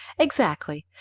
exactly.